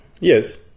Yes